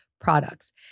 products